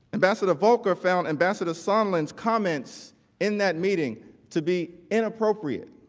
ambassador volker found ambassador sondland's comments in that meeting to be inappropriate